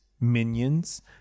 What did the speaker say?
minions